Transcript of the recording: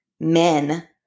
men